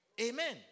Amen